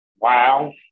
Wow